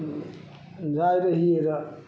हूँ याद रहियेगा